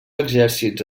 exèrcits